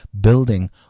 building